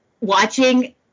watching